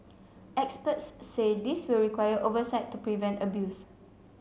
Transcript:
experts say this will require oversight to prevent abuse